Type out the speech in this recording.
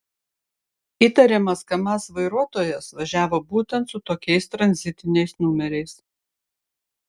įtariamas kamaz vairuotojas važiavo būtent su tokiais tranzitiniais numeriais